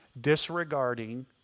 disregarding